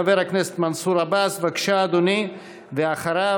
חבר הכנסת מנסור עבאס, בבקשה, אדוני, ואחריו,